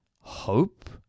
hope